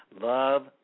Love